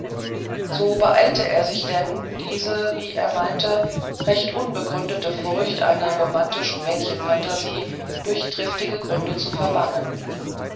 so beeilte er sich denn diese wie er meinte recht unbegründete furcht einer romantischen mädchenphantasie durch triftige gründe zu verbannen